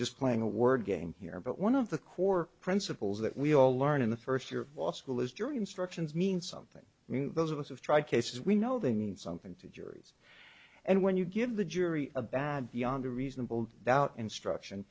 just playing a word game here but one of the core principles that we all learn in the first year of law school is jury instructions mean something i mean those of us have tried cases we know they mean something to juries and when you give the jury a bad beyond a reasonable doubt instruction